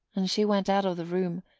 and she went out of the room,